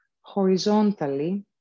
horizontally